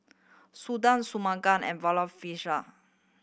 Sundar Shunmugam and Vavilala